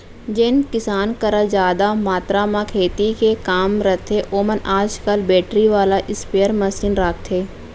जेन किसान करा जादा मातरा म खेती के काम रथे ओमन आज काल बेटरी वाला स्पेयर मसीन राखथें